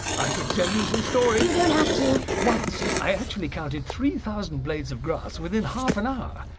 i could tell you some stories! you don't have to. once i actually counted three thousand blades of grass within half an hour!